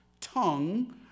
tongue